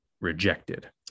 rejected